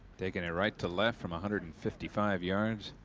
taking it right to left from a hundred and fifty-five yards.